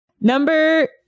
Number